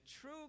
true